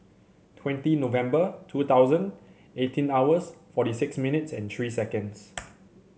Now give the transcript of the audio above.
twenty November two thousand eighteen hours forty six minutes and three seconds